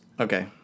Okay